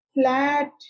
flat